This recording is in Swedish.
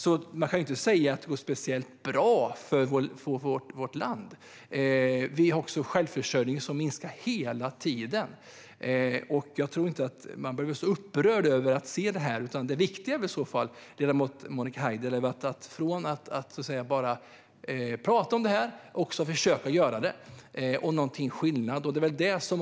Man kan alltså inte säga att det går speciellt bra för vårt land. Självförsörjningen minskar också hela tiden. Jag tror inte att man behöver bli så upprörd över att se detta. Det viktiga, ledamot Monica Haider, är att gå från att bara prata om detta till att försöka att också göra något.